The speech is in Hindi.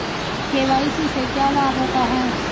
के.वाई.सी से क्या लाभ होता है?